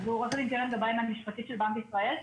הלשכה המשפטית של בנק ישראל.